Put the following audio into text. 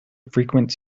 frequent